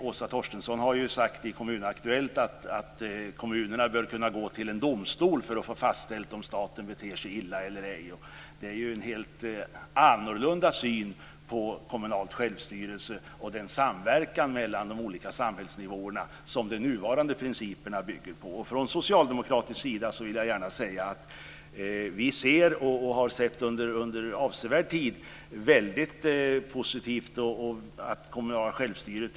Åsa Torstensson har ju sagt i Kommun-Aktuellt att kommunerna bör kunna gå till en domstol för att få fastställt om staten beter sig illa. Det är en helt annorlunda syn på kommunal självstyrelse och den samverkan mellan de olika samhällsnivåerna som de nuvarande principerna bygger på. Från socialdemokratisk sida vill jag gärna säga att vi länge har sett positivt på det kommunala självstyret.